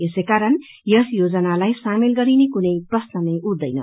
यसैकारण यस योजनालाई साामेल गरिने कुनै प्रश्ननै उठदैन